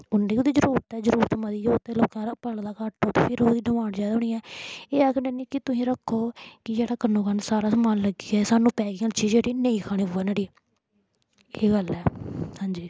उ'न्नै गै ओह्दी जरूरत ऐ जरूरत मती होग ते लोकें हारा पले दा घट्ट होग फिर ओह्दी डमांड जैदा होनी ऐ एह् ऐ कि तुहीं रक्खो कि जेह्ड़ा कन्नो कन्न सारा समान लग्गी जाए सानूं पैकिंग चीज नेईं खानी पवै नोहाड़ी एह् गल्ल ऐ हां जी